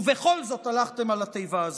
ובכל זאת הלכתם על התיבה הזו.